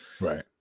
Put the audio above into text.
right